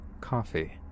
coffee